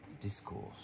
discourse